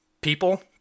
people